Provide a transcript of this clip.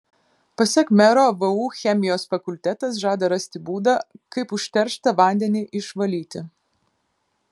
pasak mero vu chemijos fakultetas žada rasti būdą kaip užterštą vandenį išvalyti